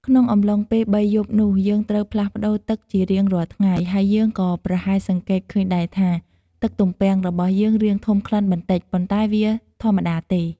ក្នុងអំឡុងពេល៣យប់នោះ យើងត្រូវផ្លាស់ប្តូរទឹកជារៀងរាល់ថ្ងៃ ហើយយើងក៏ប្រហែលសង្កេតឃើញដែរថា ទឹកទំពាំងរបស់យើងរាងធំក្លិនបន្តិច ប៉ុន្តែវាធម្មតាទេ។